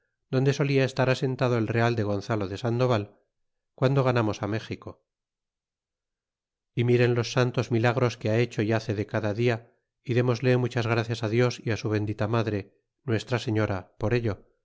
donde solia estar asentado el real de gonzalo de sandoval guando ganamos méxico y miren los santos milagros que ha hecho y hace de cada dia y démosle muchas gracias á dios y á su bendita madre nuestra señora por ello